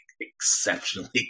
exceptionally